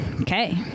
okay